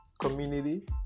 community